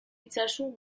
itzazu